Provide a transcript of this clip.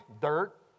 Dirt